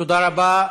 תודה רבה.